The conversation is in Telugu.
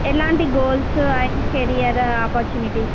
ఎలాంటి గోల్సు అండ్ కెరియర్ ఆపర్చునిటీస్